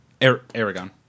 aragon